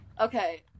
Okay